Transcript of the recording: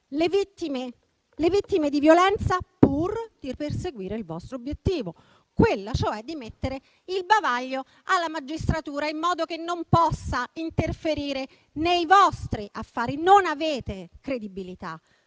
le vittime di violenza, pur di perseguire il vostro obiettivo, ossia mettere il bavaglio alla magistratura in modo che non possa interferire nei vostri affari. Non avete credibilità.